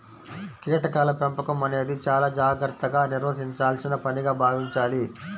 కీటకాల పెంపకం అనేది చాలా జాగర్తగా నిర్వహించాల్సిన పనిగా భావించాలి